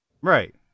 Right